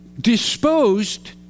disposed